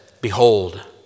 behold